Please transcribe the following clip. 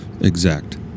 exact